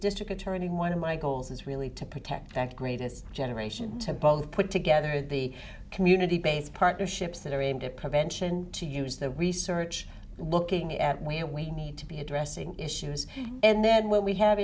district attorney one of my goals is really to protect that greatest generation to both put together the community based partnerships that are aimed at prevention to use the research looking at where we need to be addressing issues and then when we ha